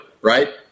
right